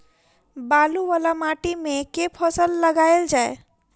बालू वला माटि मे केँ फसल लगाएल जाए?